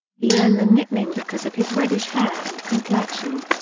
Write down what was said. he earned the nickname because of his reddish hair and complexion.